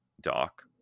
doc